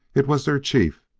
it was their chief,